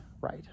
Right